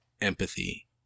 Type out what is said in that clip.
empathy